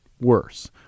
worse